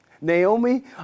Naomi